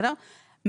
בסדר?